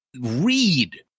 read